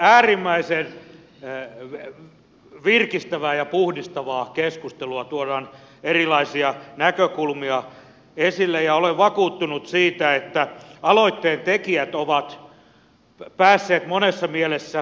äärimmäisen virkistävää ja puhdistavaa keskustelua tuodaan erilaisia näkökulmia esille ja olen vakuuttunut siitä että aloitteen tekijät ovat päässeet monessa mielessä tavoitteisiinsa